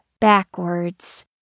backwards